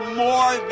more